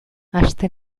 aste